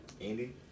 andy